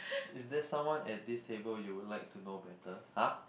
is there someone at this table you would like to know better !huh!